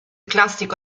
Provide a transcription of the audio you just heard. classico